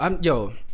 Yo